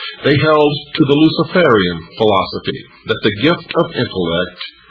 they held to the luciferian philosophy that the gift of intellect